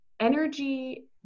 energy